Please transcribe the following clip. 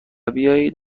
بیایید